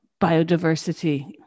biodiversity